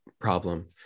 problem